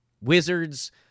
wizards